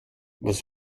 was